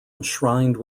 enshrined